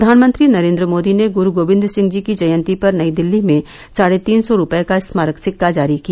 प्रधानमंत्री नरेन्द्र मोदी ने ग्रु गोबिंद सिंह जी की जयंती पर नई दिल्ली में साढ़े तीन सौ रुपये का स्मारक सिक्का जारी किया